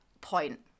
point